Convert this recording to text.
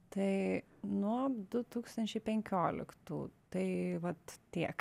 tai nuo du tūkstančiai penkioliktų tai vat tiek